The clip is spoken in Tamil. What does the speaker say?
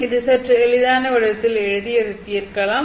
இதை சற்று எளிதான வடிவத்தில் எழுதி அதை தீர்க்கலாம்